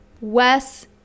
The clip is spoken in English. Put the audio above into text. Wes